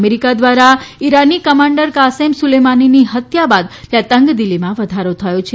America દ્વારા ઈરાની commander Qasem સુલેનાનીની હત્યા બાદ ત્યાં તંગદીલીમાં વધારો થયો છે